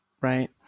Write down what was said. right